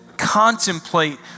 contemplate